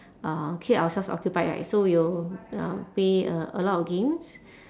uh keep ourselves occupied right so we will uh play a a lot of games